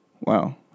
Wow